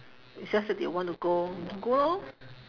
it's just that they want to go go lor